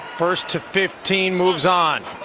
first to fifteen moves on.